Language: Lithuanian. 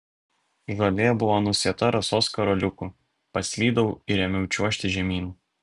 žolė buvo nusėta rasos karoliukų paslydau ir ėmiau čiuožti žemyn